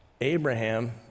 Abraham